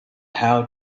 how